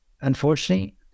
Unfortunately